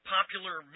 Popular